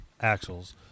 axles